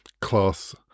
class